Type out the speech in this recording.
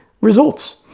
results